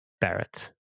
Barrett